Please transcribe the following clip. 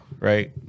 right